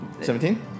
Seventeen